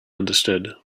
understood